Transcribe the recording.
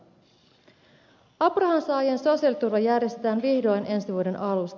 apurahan saajien sosiaaliturva järjestetään vihdoin ensi vuoden alusta